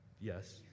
yes